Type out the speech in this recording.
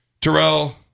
Terrell